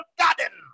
garden